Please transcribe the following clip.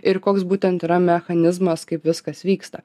ir koks būtent yra mechanizmas kaip viskas vyksta